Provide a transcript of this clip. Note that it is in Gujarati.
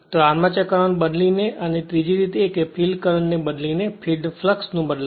ત્યાં આર્મચર કરંટ ને બદલીને અને ત્રીજી રીત એ કે ફીલ્ડ કરંટ ને બદલીને ફિલ્ડ ફ્લક્ષ નું બદલાવું